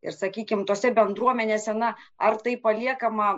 ir sakykim tose bendruomenėse na ar tai paliekama